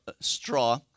straw